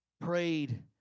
Prayed